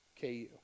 KU